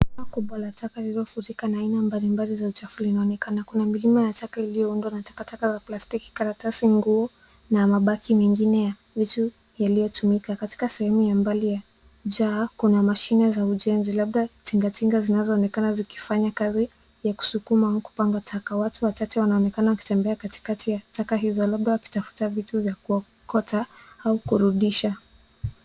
...kubwa la taka lililofurika aina mbalimbali za uchafu linaonekana. Kuna milima ya taka iliyoundwa na takataka za plastiki, karatasi, nguo na mabaki mengine ya vitu yaliyotumika. Katika sehemu nyingine ya mbali ya jaa kuna mashine za ujenzi labda tingatinga zinazoonekana zikifanya kazi ya kusukuma au kupanga taka. Watu watatu wanaonekana wakitembea katikati ya taka hizo labda wakitafuta vitu vya kuokota au kurudisha.